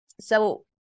so-